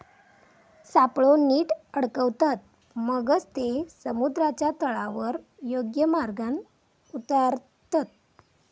सापळो नीट अडकवतत, मगच ते समुद्राच्या तळावर योग्य मार्गान उतारतत